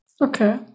Okay